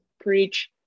preach